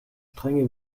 strenge